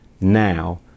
now